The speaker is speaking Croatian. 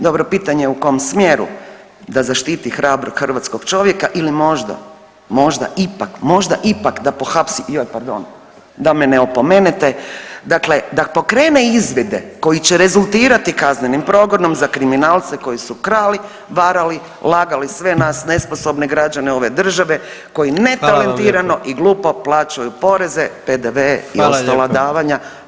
Dobro, pitanje u kom smjeru, da zaštiti hrabrog hrvatskog čovjeka ili možda, možda ipak, možda ipak da pohapsi, joj pardon, da me ne opomenete, dakle da pokrene izvide koji će rezultirati kaznenim progonom za kriminalce koji su krali, varali, lagali sve nas nesposobne građane ove države koji [[Upadica: Hvala vam lijepo.]] netalentirano i glupo plaćaju poreze, PDV i ostala davanja